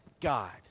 God